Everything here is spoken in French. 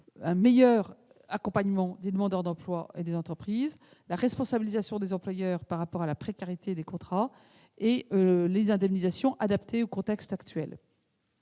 un meilleur accompagnement des demandeurs d'emploi et des entreprises, la responsabilisation des employeurs quant à la précarité des contrats et l'adaptation des indemnisations au contexte actuel.